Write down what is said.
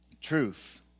truth